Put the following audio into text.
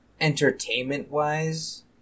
entertainment-wise